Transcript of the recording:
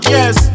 Yes